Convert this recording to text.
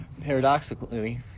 Paradoxically